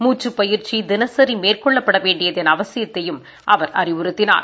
மூச்சுப் பயிற்சி தினசி மேற்கொள்ளப்பட வேண்டியதன் அவசியத்தையும் அவர் அறிவுறுத்தினார்